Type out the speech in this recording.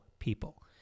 people